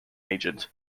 agent